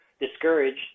discouraged